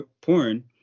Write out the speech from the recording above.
porn